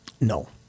No